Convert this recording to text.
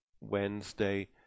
Wednesday